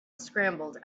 scrambled